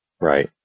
Right